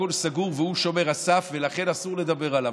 הכול סגור, והוא שומר הסף, ולכן אסור לדבר עליו.